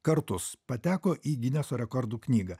kartus pateko į gineso rekordų knygą